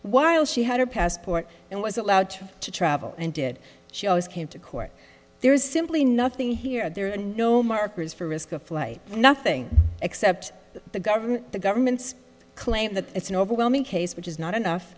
while she had her passport and was allowed to travel and did she always came to court there is simply nothing here there are no markers for risk of flight nothing except the government the government's claim that it's an overwhelming case which is not enough